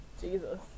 Jesus